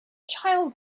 child